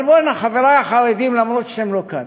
אבל בואו, הנה, חברי החרדים, אף שהם לא כאן,